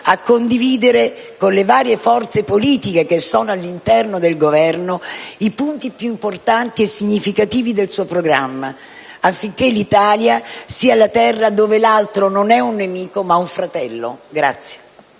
a condividere con le varie forze politiche che sono all'interno del Governo i punti più importanti e significativi del suo programma, affinché l'Italia sia la terra dove l'altro non è un nemico, ma un fratello.